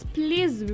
please